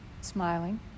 smiling